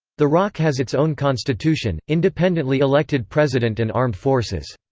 the roc has its own constitution, independently elected president and armed forces.